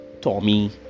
Tommy